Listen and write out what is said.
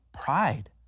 Pride